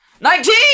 Nineteen